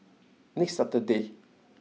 next Saturday